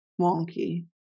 wonky